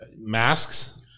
masks